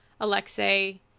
alexei